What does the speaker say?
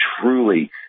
truly